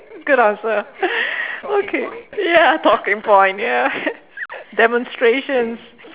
good answer okay ya talking point ya demonstrations